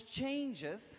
changes